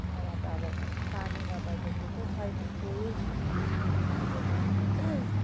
नभए त अब पानी नभए पछि त छैन केही अहिले त